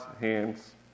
hands